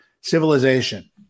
civilization